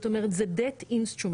זאת אומרת זה debt instrument,